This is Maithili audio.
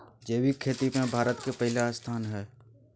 जैविक खेती में भारत के पहिला स्थान हय